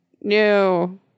No